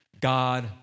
God